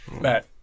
Matt